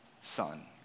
son